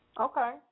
Okay